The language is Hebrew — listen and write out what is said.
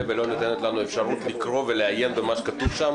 ולא ניתנת לנו האפשרות לקרוא ולעיין במה שכתוב שם.